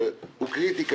הוא קריטי,